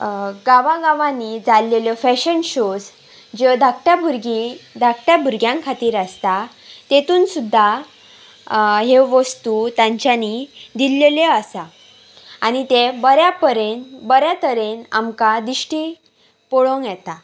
गांव गांवांनी जाल्लेल्यो फॅशन शोज ज्यो धाकट्या भुरगीं धाकट्या भुरग्यां खातीर आसता तेतून सुद्दां ह्यो वस्तू तांच्यानी दिल्लेल्यो आसा आनी ते बऱ्या परेन बऱ्या तरेन आमकां दिश्टी पळोवंक येता